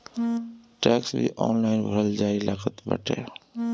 tax भी online भरल जाए लागल बाटे